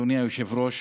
אדוני היושב-ראש,